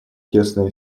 тесные